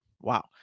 wow